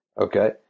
okay